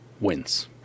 wins